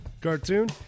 cartoon